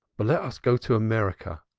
but let us go to america,